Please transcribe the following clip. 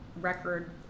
record